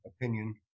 opinion